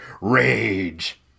rage